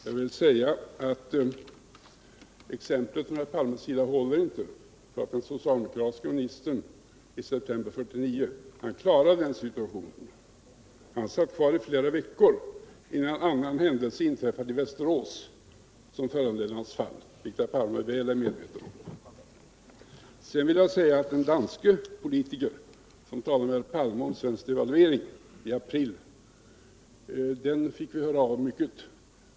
Herr talman! Det exempel herr Palme anförde håller inte. Den socialdemokratiske ministern klarade situationen i september 1949. Han satt kvar i flera veckor, innan en annan händelse, som inträffade i Västerås, föranledde hans fall, vilket herr Palme är väl medveten om. Den danske politiker som talade med herr Palme om svensk devalvering i april fick vi höra av mycket.